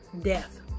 Death